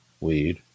weed